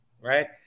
Right